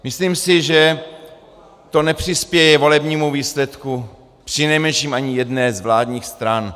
Myslím si, že to nepřispěje volebnímu výsledku přinejmenším ani jedné z vládních stran.